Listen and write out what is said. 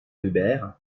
hubert